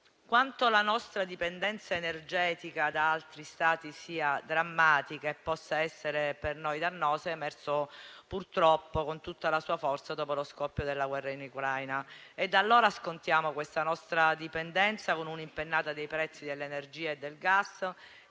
Quanto la nostra dipendenza energetica da altri Stati sia drammatica e possa essere per noi dannosa è emerso purtroppo con tutta la sua forza dopo lo scoppio della guerra in Ucraina. E da allora scontiamo la nostra dipendenza con un'impennata dei prezzi dell'energia e del gas